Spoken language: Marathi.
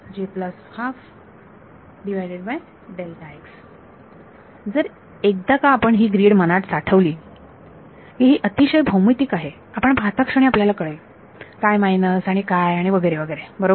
जर एकदा का आपण ही ग्रीड मनात साठवली की ही अतिशय भौमितिक आहे आपण पाहता क्षणी आपल्याला कळेल काय मायनस आणि काय आणि वगैरे वगैरे बरोबर